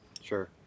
Sure